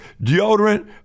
deodorant